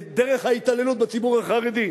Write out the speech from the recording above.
את דרך ההתעללות בציבור החרדי.